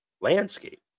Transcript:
landscape